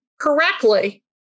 correctly